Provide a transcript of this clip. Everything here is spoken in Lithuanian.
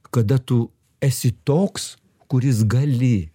kada tu esi toks kuris gali